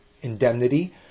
indemnity